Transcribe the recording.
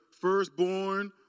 firstborn